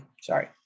sorry